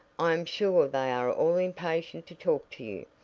i am sure they are all impatient to talk to you.